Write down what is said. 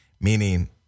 Meaning